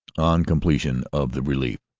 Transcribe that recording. on completion of the relief.